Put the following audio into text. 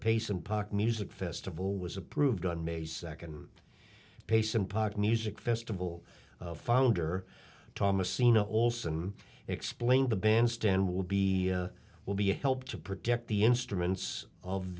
pace impact music festival was approved on may second pace impact music festival founder thomas sina olson explained the bandstand will be will be a help to project the instruments of